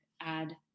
add